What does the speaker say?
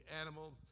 animal